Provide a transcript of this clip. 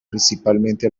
principalmente